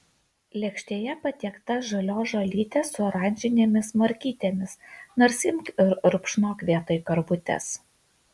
lėkštėje patiekta žalios žolytės su oranžinėmis morkytėmis nors imk ir rupšnok vietoj karvutės